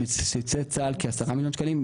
בסיסי צהל כ-10 מיליון שקלים,